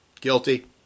Guilty